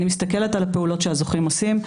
אני מסתכלת על הפעולות שהזוכים עושים,